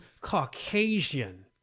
Caucasian